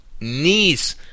knees